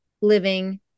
living